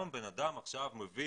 גם אם בן אדם עכשיו מבין,